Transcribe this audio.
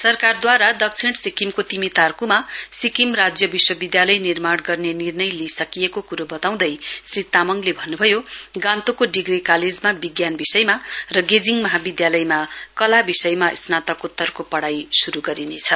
सरकारद्वारा दक्षिण सिक्किमको तिमीतार्कुमा सिक्किम राज्य विश्वविद्यालय निर्माण गर्ने निर्णय लिइसकेको कुरो वताउँदै श्री तामङले भन्नुभयो गान्तोकको डिग्री कालेजमा विज्ञान विषय र गेजिङ महाविद्यालयमा कला विषयमा स्नातकोत्रर पढ़ाई शुरु गरिनेछ